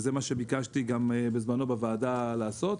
וזה מה שביקשתי לעשות בוועדה גם בזמנו,